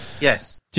Yes